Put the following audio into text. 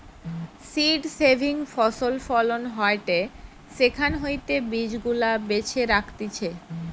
seed saving ফসল ফলন হয়টে সেখান হইতে বীজ গুলা বেছে রাখতিছে